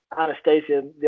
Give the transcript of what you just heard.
Anastasia